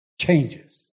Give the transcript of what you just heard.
changes